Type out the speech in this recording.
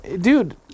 dude